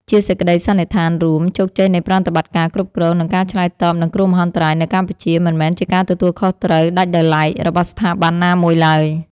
ជាសេចក្ដីសន្និដ្ឋានរួម ជោគជ័យនៃប្រតិបត្តិការគ្រប់គ្រង និងការឆ្លើយតបនឹងគ្រោះមហន្តរាយនៅកម្ពុជា មិនមែនជាការទទួលខុសត្រូវដាច់ដោយឡែករបស់ស្ថាប័នណាមួយឡើយ។